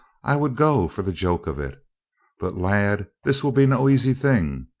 i would go for the joke of it but lad, this will be no easy thing.